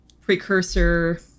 precursor